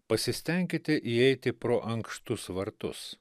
pasistenkite įeiti pro ankštus vartus